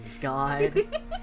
god